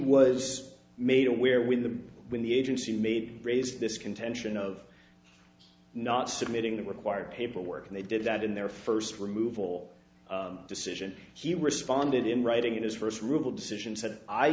was made aware when the when the agency made raised this contention of not submitting the required paperwork and they did that in their first removal decision he responded in writing in his first rule decision